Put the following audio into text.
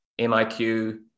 MIQ